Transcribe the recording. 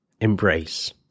embrace